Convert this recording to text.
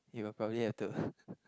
you will probably have to